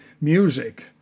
Music